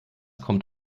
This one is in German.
kommt